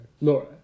Laura